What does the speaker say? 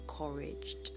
encouraged